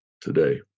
today